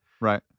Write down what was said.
Right